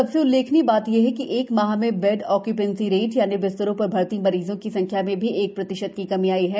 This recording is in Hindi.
सबसे उल्लेखनीय बात यह है कि एक माह में बेड आक्यूपेंसी रेट यानि बिस्तरों सर भर्ती मरीजों की संख्या में भी एक प्रतिशत की कमी आई है